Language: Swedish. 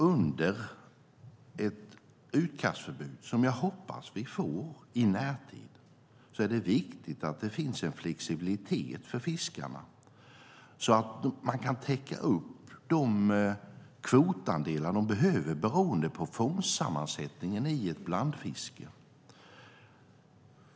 Under ett utkastförbud, som jag hoppas att vi får i närtid, är det viktigt att det finns en flexibilitet för fiskarna så att man kan täcka upp de kvotandelar de behöver beroende på fångstsammansättningen i ett blandfiske.